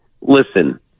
listen